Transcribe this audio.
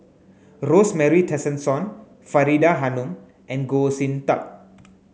Rosemary Tessensohn Faridah Hanum and Goh Sin Tub